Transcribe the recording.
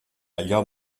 allò